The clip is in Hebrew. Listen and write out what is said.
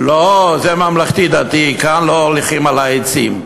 לא, זה ממלכתי-דתי, כאן לא הולכים על העצים.